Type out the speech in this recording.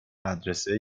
مدرسه